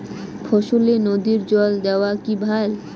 ফসলে নদীর জল দেওয়া কি ভাল?